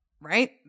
right